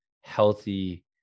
healthy